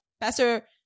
Pastor